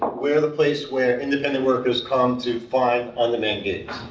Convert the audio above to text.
we're the place where independent workers come to find on-demand gigs.